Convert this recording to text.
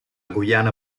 guyana